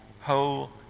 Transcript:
whole